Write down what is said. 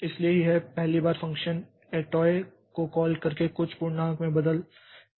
इसलिए यह पहली बार फंक्शन एटॉय को कॉल करके कुछ पूर्णांक में बदल जाता है